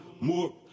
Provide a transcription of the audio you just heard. more